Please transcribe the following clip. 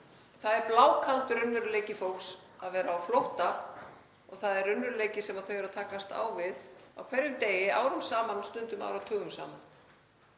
Það er blákaldur raunveruleiki fólks að vera á flótta og það er raunveruleiki sem það er að takast á við á hverjum degi árum saman, stundum áratugum saman,